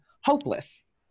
hopeless